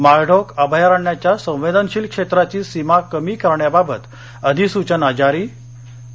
माळढोक अभयारण्याच्या संवदेनशील क्षेत्राची सीमा कमी करण्याबाबत अधिसूचना जारी आणि